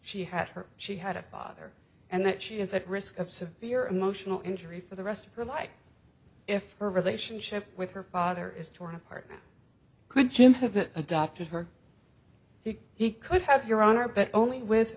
she had her she had a father and that she is at risk of severe emotional injury for the rest of her like if her relationship with her father is torn apart could adopt her he he could have your honor but only with